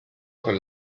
con